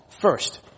first